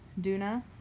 Duna